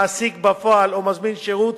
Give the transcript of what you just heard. מעסיק בפועל או מזמין שירות,